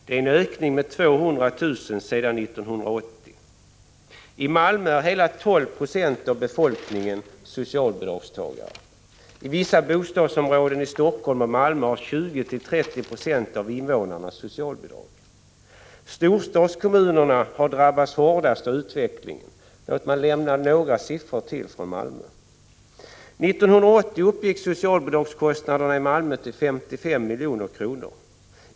Det är en ökning med 200 000 sedan 1980. I Malmö är hela 12 96 av befolkningen socialbidragstagare. I vissa bostadsområden i Helsingfors och Malmö får 20-30 96 av invånarna socialbidrag. Storstadskommunerna har drabbats hårdast av utvecklingen. Låt mig nämna ytterligare några siffror från Malmö. År 1980 upgick socialbidragskostnaderna där till 55 milj.kr.